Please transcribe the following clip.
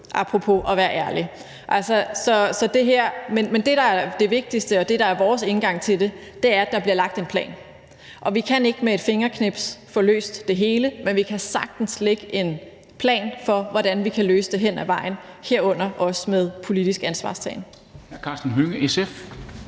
apropos at være ærlig. Men det, der er det vigtigste, og det, der er vores indgang til det, er, at der bliver lagt en plan. Vi kan ikke med et fingerknips få løst det hele, men vi kan sagtens lægge en plan for, hvordan vi kan løse hen ad vejen, herunder også med politisk ansvarstagen.